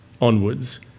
onwards